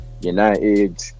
United